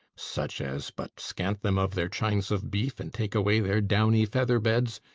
such as, but scant them of their chines of beef and take away their downy featherbeds,